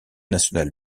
nationale